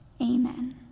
Amen